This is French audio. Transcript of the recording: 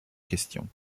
questions